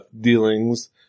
dealings